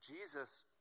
Jesus